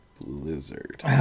Blizzard